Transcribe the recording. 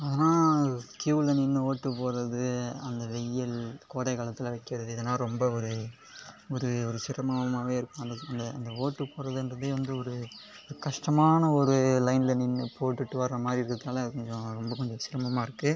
ஆனால் க்கியூவில் நின்று ஓட்டு போடுகிறது அந்த வெயில் கோடைக்காலத்தில் வைக்கிறது இதெலாம் ரொம்ப ஒரு ஒரு ஒரு சிரமமாக இருக்கும் அந்த அந்த ஓட்டு போடணுன்றதே வந்து ஒரு கஷ்டமான ஒரு லைனில் நின்று போட்டுகிட்டு வர மாதிரி இருக்கிறதால அது கொஞ்சம் ரொம்ப கொஞ்சம் சிரமமாக இருக்குது